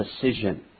precision